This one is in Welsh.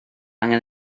angen